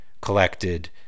collected